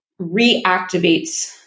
reactivates